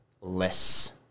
less